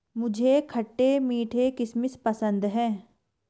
मुझे खट्टे मीठे किशमिश पसंद हैं